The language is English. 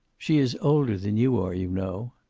she is older than you are, you know.